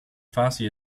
fasi